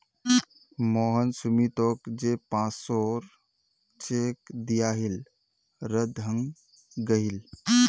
मोहन सुमीतोक जे पांच सौर चेक दियाहिल रद्द हंग गहील